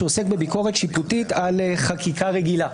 שעוסק בביקורת שיפוטית על חקיקה רגילה.